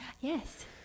Yes